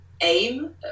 aim